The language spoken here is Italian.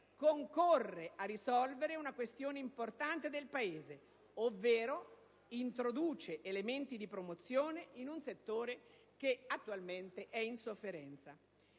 concorre a risolvere una questione importante del Paese ovvero introduce elementi di promozione di un settore attualmente in sofferenza.